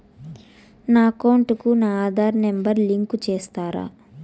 నా అకౌంట్ కు నా ఆధార్ నెంబర్ లింకు చేసారా